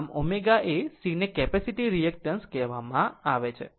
ખરેખર ω એ C ને કેપેસિટીવ રિએક્ટેન્સ કહેવામાં આવે છે